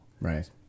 right